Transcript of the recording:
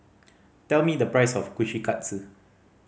tell me the price of Kushikatsu